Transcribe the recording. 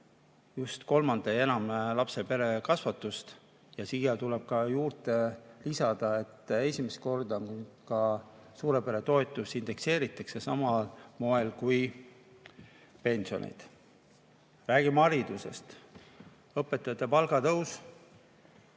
just kolme ja enama lapse kasvatust peres ja siia tuleb juurde lisada, et esimest korda ka suure pere toetust indekseeritakse sama moel kui pensioneid. Räägime haridusest: õpetajate palgatõus,